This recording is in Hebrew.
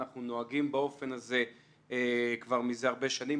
אנחנו נוהגים באופן הזה כבר מזה הרבה שנים,